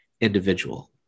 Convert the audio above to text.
individual